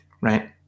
right